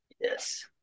Yes